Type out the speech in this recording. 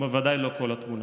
והוא בוודאי לא כל התמונה.